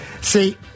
See